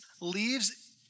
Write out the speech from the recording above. leaves